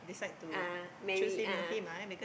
a'ah marry a'ah